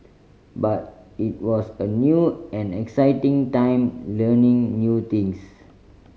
but it was a new and exciting time learning new things